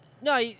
No